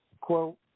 Quote